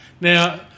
Now